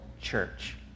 church